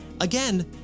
Again